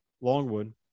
Longwood